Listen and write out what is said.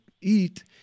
eat